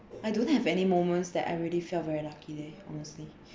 I don't have any moments that I really feel very lucky leh honestly